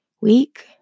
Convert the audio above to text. week